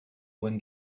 when